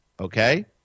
okay